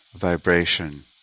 vibration